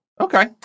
Okay